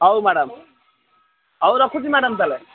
ହଉ ମ୍ୟାଡ଼ାମ୍ ହଉ ରଖୁଛି ମ୍ୟାଡ଼ାମ୍ ତା'ହେଲେ